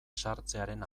sartzearen